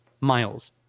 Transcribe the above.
miles